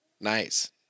Nice